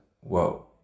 whoa